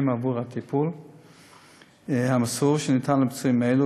עבור הטיפול המסור שניתן לפצועים האלה,